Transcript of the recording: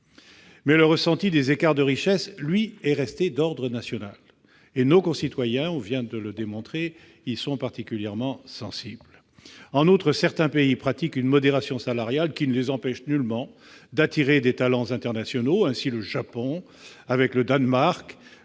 Mais la perception des écarts de richesse est, quant à elle, restée d'ordre national, et nos concitoyens, on le voit actuellement, y sont particulièrement sensibles. En outre, certains pays pratiquent une modération salariale qui ne les empêche nullement d'attirer les talents internationaux. Ainsi, le Japon est, avec le Danemark,